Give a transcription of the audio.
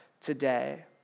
today